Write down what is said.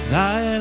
Thy